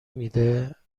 میده